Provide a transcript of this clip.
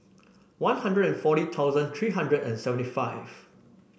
One Hundred and forty thousand three hundred and seventy five